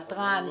נתרן,